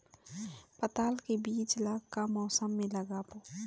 पताल के बीज ला का मौसम मे लगाबो?